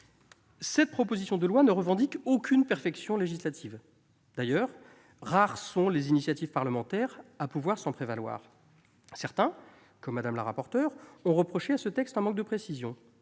Cette proposition de loi ne revendique aucune perfection législative. Rares sont d'ailleurs les initiatives parlementaires à pouvoir s'en prévaloir ! Certains, comme Mme la rapporteure, ont reproché à ce texte un manque de précision.